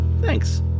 Thanks